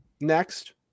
next